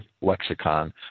lexicon